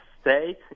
state